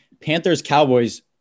Panthers-Cowboys